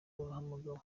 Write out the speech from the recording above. wahamagawe